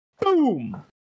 Boom